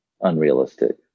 unrealistic